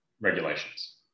regulations